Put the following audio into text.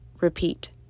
repeat